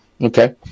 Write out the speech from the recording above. Okay